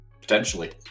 Potentially